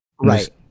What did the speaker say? Right